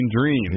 Dream